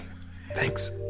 thanks